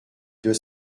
deux